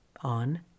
on